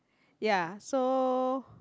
ya so